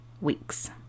weeks